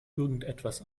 irgendetwas